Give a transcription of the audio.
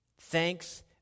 Thanks